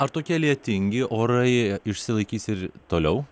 ar tokie lietingi orai išsilaikys ir toliau